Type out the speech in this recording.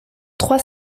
trois